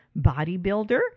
bodybuilder